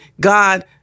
God